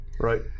right